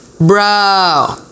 bro